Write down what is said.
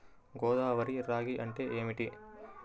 గోదావరి రాగి అంటే ఏమిటి?